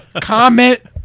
Comment